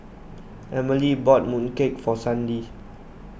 Emilee bought mooncake for Sandi